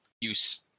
use